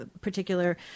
particular